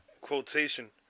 Quotation